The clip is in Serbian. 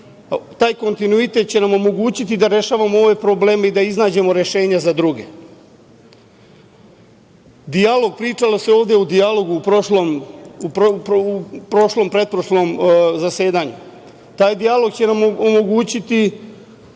Taj kontinuitet će nam omogućiti da rešavamo ovaj problem i da iznađemo rešenja za druge. Dijalog, pričalo se ovde o dijalogu u prošlom i pretprošlom zasedanju. Taj dijalog će nam omogućiti